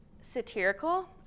satirical